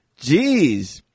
Jeez